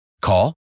Call